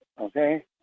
okay